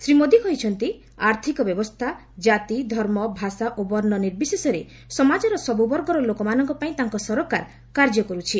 ଶ୍ରୀ ମୋଦି କହିଛନ୍ତି ଆର୍ଥକ ଅବସ୍ଥା ଜାତି ଧର୍ମ ଭାଷା ଓ ବର୍ଷ ନିର୍ବିଶେଷରେ ସମାଜର ସବୁ ବର୍ଗର ଲୋକମାନଙ୍କପାଇଁ ତାଙ୍କ ସରକାର କାର୍ଯ୍ୟ କର୍ରଛି